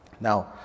now